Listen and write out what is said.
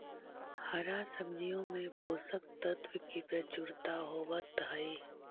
हरा सब्जियों में पोषक तत्व की प्रचुरता होवत हई